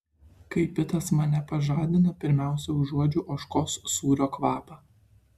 kai pitas mane pažadina pirmiausia užuodžiu ožkos sūrio kvapą